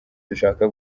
dushaka